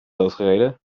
doodgereden